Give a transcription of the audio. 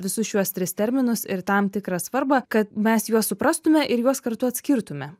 visus šiuos tris terminus ir tam tikrą svarbą kad mes juos suprastume ir juos kartu atskirtume